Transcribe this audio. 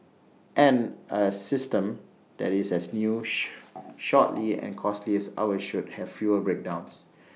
and A system that is as new sh shortly and costly as our should have fewer breakdowns